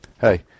hey